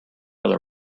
other